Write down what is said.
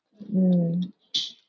mm